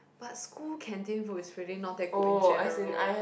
but school canteen food is really not that good in general